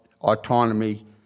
autonomy